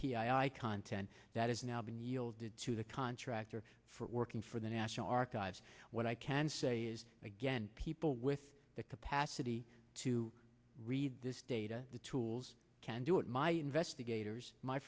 r i content that is now being yielded to the contractor for working for the national archives what i can say is again people with the capacity to read this data the tools can do it my investigators my